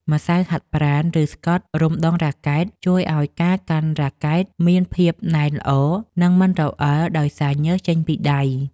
ម្សៅហាត់ប្រាណ ឬស្កុតរុំដងរ៉ាកែត ជួយឱ្យការកាន់រ៉ាកែតមានភាពណែនល្អ និងមិនរអិលដោយសារញើសចេញពីដៃ។